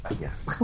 yes